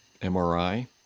MRI